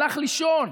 הלך לישון.